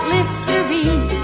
Listerine